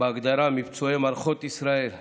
מפצועי מערכות ישראל בהגדרה.